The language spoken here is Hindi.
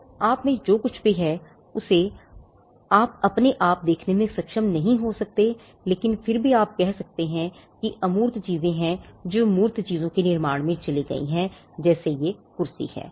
तो आप में जो कुछ भी हैउसे आप अपने आप में देखने में सक्षम नहीं हो सकते हैं लेकिन फिर भी आप यह कह सकते हैं कि अमूर्त चीजें हैं जो मूर्त चीजों के निर्माण में चली गई हैं जो कि कुर्सी है